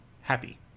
happy